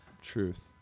Truth